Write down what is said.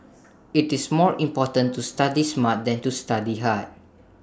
IT is more important to study smart than to study hard